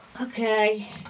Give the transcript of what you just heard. Okay